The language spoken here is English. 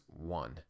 one